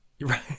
Right